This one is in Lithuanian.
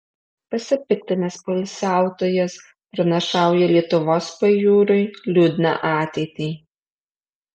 pasipiktinęs poilsiautojas pranašauja lietuvos pajūriui liūdną ateitį